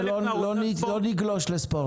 ולא נגלוש לספורט,